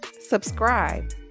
subscribe